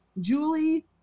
Julie